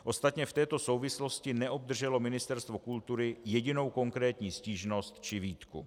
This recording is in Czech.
Ostatně v této souvislosti neobdrželo Ministerstvo kultury jedinou konkrétní stížnost či výtku.